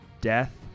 death